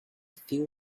feel